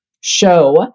show